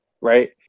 Right